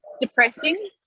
depressing